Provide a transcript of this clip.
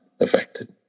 affected